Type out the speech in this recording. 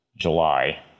july